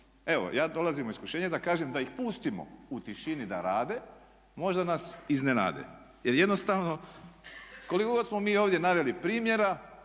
Evo ja dolazim u iskušenje da kažem da ih pustimo u tišini da rade možda nas iznenade. Jer jednostavno koliko god smo mi ovdje naveli primjera